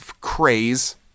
Craze